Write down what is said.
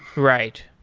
right.